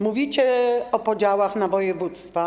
Mówicie o podziałach na województwa.